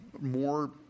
more